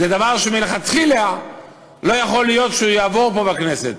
זה דבר שמלכתחילה לא יכול להיות שיעבור פה בכנסת.